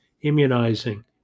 immunizing